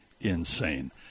insane